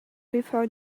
before